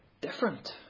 different